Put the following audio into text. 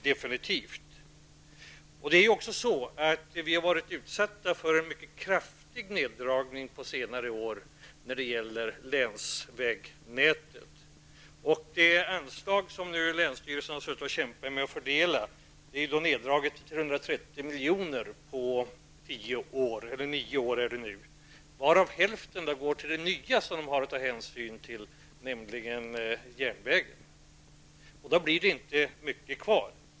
Under senare år har vi varit utsatta för en mycket kraftig neddragning när det gäller länsvägnätet. Det anslag som länsstyrelsen nu kämpat med fördelningen av är neddraget till 330 milj.kr. på nio år, varav hälften skall gå till järnvägen. Då blir det inte mycket kvar.